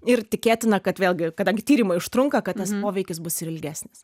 ir tikėtina kad vėlgi kadangi tyrimai užtrunka kad tas poveikis bus ilgesnis